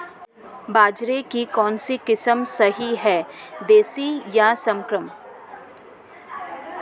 बाजरे की कौनसी किस्म सही हैं देशी या संकर?